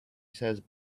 says